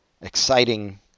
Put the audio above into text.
exciting